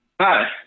Hi